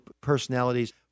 personalities